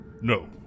No